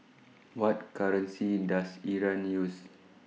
What currency Does Iran use